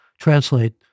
translate